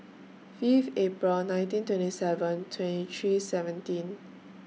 Fifth April nineteen twenty seven twenty three seventeen